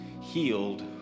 healed